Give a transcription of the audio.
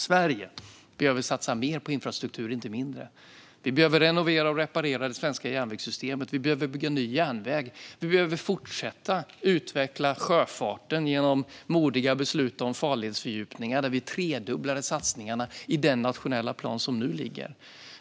Sverige behöver satsa mer på infrastruktur, inte mindre. Vi behöver renovera och reparera det svenska järnvägssystemet, och vi behöver bygga ny järnväg. Vi behöver fortsätta att utveckla sjöfarten genom modiga beslut om farledsfördjupningar. Vi tredubblade satsningarna i den nationella plan som nu ligger.